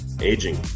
aging